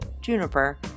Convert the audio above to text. Juniper